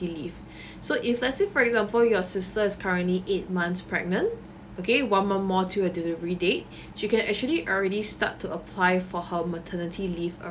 leave so if let's say for example your sister is currently eight months pregnant okay one more month until the delivery date she can actually already start to apply for her maternity leave